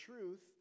truth